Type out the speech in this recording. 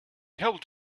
helped